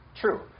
true